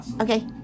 Okay